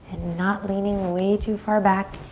not leaning way too far back.